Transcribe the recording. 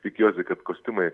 tikiuosi kad kostiumai